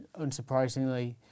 unsurprisingly